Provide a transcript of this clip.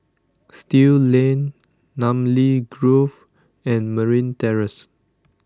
Still Lane Namly Grove and Marine Terrace